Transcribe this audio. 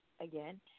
again